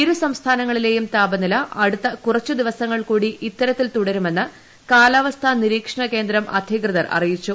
ഇരു സംസ്ഥാനങ്ങളിലേയും താപനില അടുത്ത കുറച്ചു ദിവസങ്ങൾ കൂടി ഇത്തരത്തിൽ തുടരുമെന്ന് കാലാവസ്ഥാ നിരീക്ഷണ കേന്ദ്രം അധികൃതർ അറിയിച്ചു